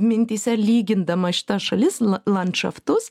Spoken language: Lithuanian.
mintyse lygindama šitas šalis landšaftus